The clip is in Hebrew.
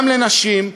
גם לנשים,